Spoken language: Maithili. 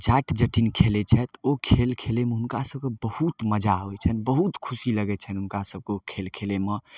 जट जटिन खेलै छथि ओ खेल खेलैमे हुनकासभके बहुत मजा अबै छनि बहुत खुशी लगै छनि हुनकासभके ओ खेल खेलैमे